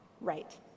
right